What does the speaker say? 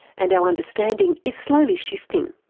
and our understanding is slowly shifting.